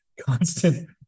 Constant